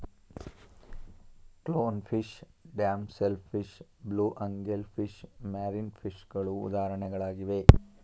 clown fish, damsel fish, blue angel fish, marine ಫಿಷಗಳು ಉದಾಹರಣೆಗಳಾಗಿವೆ